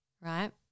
right